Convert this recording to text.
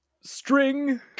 string